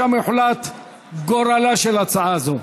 שם ייקבע גורלה של הצעה זו.